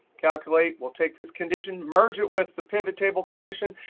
calculate will take this condition, merge it with the pivot table condition,